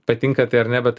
patinka tai ar ne bet